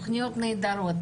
תכניות נהדרות,